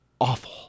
awful